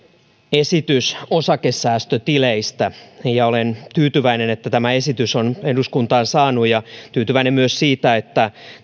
esitys osakesäästötileistä ja olen tyytyväinen että tämä esitys on eduskuntaan saatu ja tyytyväinen myös siitä että